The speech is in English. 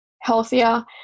healthier